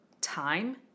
time